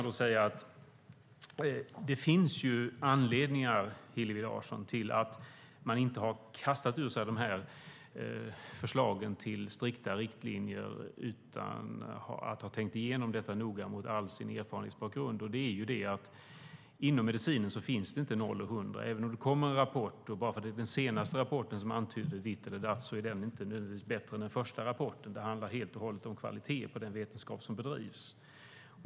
Det finns anledningar, Hillevi Larsson, till att man inte har kastat ur sig förslag till strikta riktlinjer utan att ha tänkt igenom detta noggrant mot bakgrund av all sin erfarenhet. Inom medicinen finns inte noll och hundra. Även om den senaste rapporten antyder ditt eller datt är den ändå nödvändigtvis inte bättre än den första rapporten. Det handlar helt och hållet om kvaliteten på den vetenskap som bedrivs.